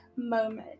moment